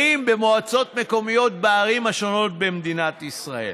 במועצות מקומיות בערים השונות במדינת ישראל.